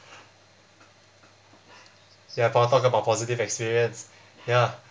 ya paul talk about positive experience ya